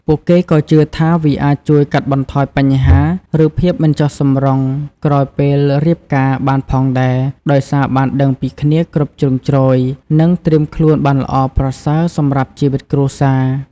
ពួកគេក៏ជឿថាវាអាចជួយ កាត់បន្ថយបញ្ហា ឬភាពមិនចុះសម្រុងក្រោយពេលរៀបការបានផងដែរ ដោយសារបានដឹងពីគ្នាគ្រប់ជ្រុងជ្រោយ និងត្រៀមខ្លួនបានល្អប្រសើរសម្រាប់ជីវិតគ្រួសារ។